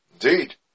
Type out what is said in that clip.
Indeed